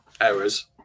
errors